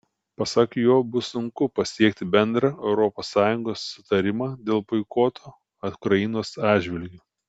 pasak jo bus sunku pasiekti bendrą europos sąjungos sutarimą dėl boikoto ukrainos atžvilgiu